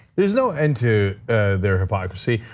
there's no end to their hypocrisy.